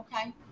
okay